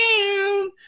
down